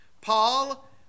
Paul